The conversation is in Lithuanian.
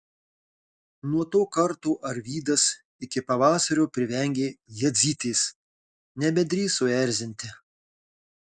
nuo to karto arvydas iki pavasario privengė jadzytės nebedrįso erzinti